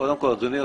אדוני היושב-ראש,